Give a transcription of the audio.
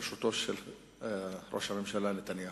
בראשותו של ראש הממשלה נתניהו,